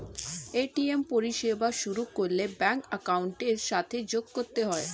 ATM পরিষেবা শুরু করলে ব্যাঙ্ক অ্যাকাউন্টের সাথে যোগ করতে হয়